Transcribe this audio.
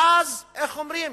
ואז, איך אומרים,